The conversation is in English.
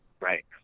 right